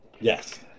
Yes